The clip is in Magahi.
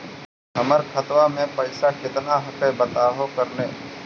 हमर खतवा में पैसा कितना हकाई बताहो करने?